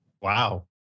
Wow